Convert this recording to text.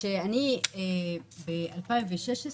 בשנת 2016,